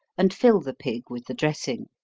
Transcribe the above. and fill the pig with the dressing.